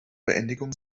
beendigung